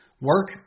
Work